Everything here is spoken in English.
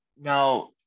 Now